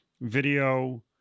video